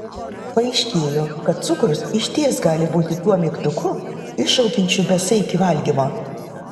paaiškėjo kad cukrus išties gali būti tuo mygtuku iššaukiančiu besaikį valgymą